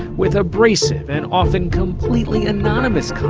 with abrasive and often completely anonymous